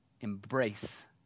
embrace